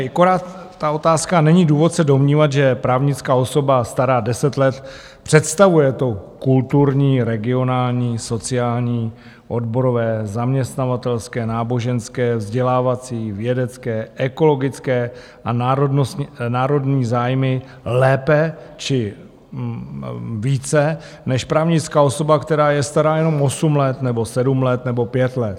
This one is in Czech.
Akorát ta otázka, není důvod se domnívat, že právnická osoba stará deset let představuje ty kulturní, regionální, sociální, odborové, zaměstnavatelské, náboženské, vzdělávací, vědecké, ekologické a národní zájmy lépe či více než právnická osoba, která je stará jenom osm let nebo sedm let nebo pět let.